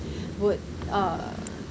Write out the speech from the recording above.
would uh